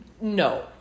no